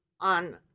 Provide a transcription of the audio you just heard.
on